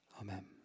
Amen